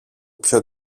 πιο